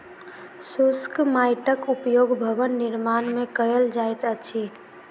शुष्क माइटक उपयोग भवन निर्माण मे कयल जाइत अछि